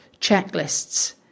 checklists